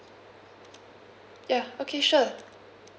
ya okay sure